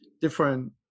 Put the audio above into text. different